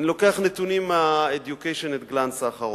אני לוקח נתונים מה-Education at a Glance האחרון,